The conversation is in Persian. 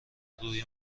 روی